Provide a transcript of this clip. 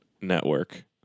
network